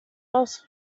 raus